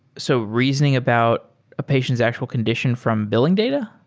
so reasoning about a patient's actual condition from billing data?